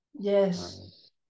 Yes